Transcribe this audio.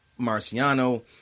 marciano